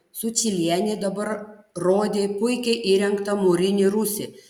sučylienė dabar rodė puikiai įrengtą mūrinį rūsį